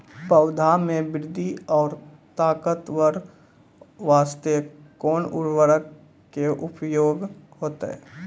पौधा मे बृद्धि और ताकतवर बास्ते कोन उर्वरक के उपयोग होतै?